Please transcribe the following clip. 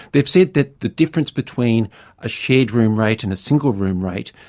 they've said that the difference between a shared room rate and a single room rate,